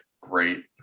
great